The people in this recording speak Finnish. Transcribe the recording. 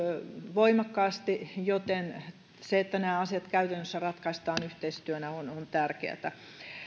voimakkaasti joten se että nämä asiat käytännössä ratkaistaan yhteistyönä on on tärkeätä